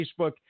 Facebook